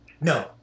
No